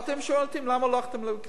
ואתם שואלים אותי למה לא הלכתי עם הכנסת.